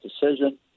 decision